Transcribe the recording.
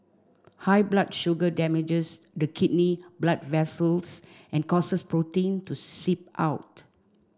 high blood sugar damages the kidney blood vessels and causes protein to seep out